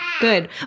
good